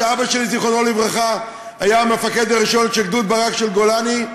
אבא שלי ז"ל היה המפקד הראשון של גדוד ברק של גולני,